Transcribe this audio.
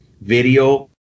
video